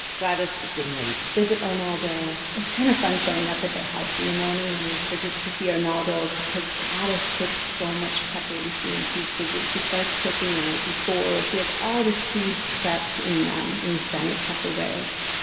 gladys is getting ready to visit arnaldo it's kind of fun showing up at their house in the morning on these visits to see arnaldo because gladys puts so much preparation into these visits. she starts cooking the night before. she has all this food prepped in um in these giant tupperwares.